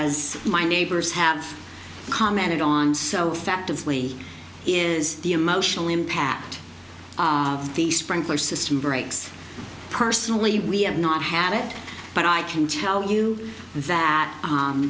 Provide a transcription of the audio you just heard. as my neighbors have commented on self actively is the emotional impact the sprinkler system breaks personally we have not had it but i can tell you that